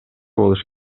болуш